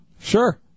Sure